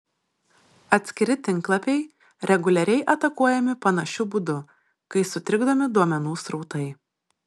atskiri tinklapiai reguliariai atakuojami panašiu būdu kai sutrikdomi duomenų srautai